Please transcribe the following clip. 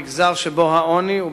במגזר שבו העוני עולה,